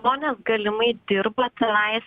žmonės galimai dirba tenais